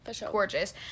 gorgeous